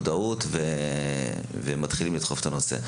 המודעות ומתחילים לדחוף את הנושא,